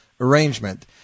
arrangement